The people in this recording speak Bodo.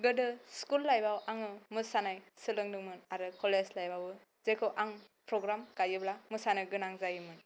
गोदो स्कुल लाइफाव आङो मोसानाय सोलोंदोंमोन आरो कलेज लाइफावबो जेखौ आं प्रग्राम गायोब्ला मोसानो गोनां जायोमोन